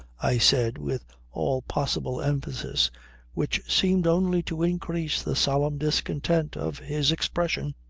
i said with all possible emphasis which seemed only to increase the solemn discontent of his expression.